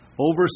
Over